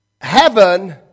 heaven